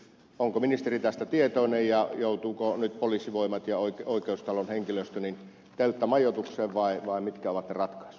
onko ministeri tästä tietoinen ja joutuvatko nyt poliisivoimat ja oikeustalon henkilöstö telttamajoitukseen vai mitkä ovat ne ratkaisut